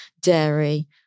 dairy